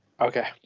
Okay